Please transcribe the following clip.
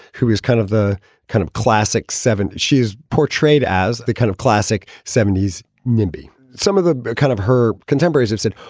who was kind of the kind of classic seven. she's portrayed as the kind of classic seventy s nimby, some of the kind of her contemporaries have said,